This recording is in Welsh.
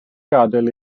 gadael